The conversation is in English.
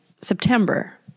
September